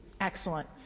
Excellent